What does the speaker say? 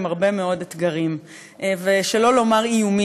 לקושי של חקלאי הערבה באמת לעמוד בכללים שקיימים היום.